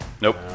Nope